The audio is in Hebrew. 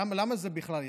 למה זה בכלל היה?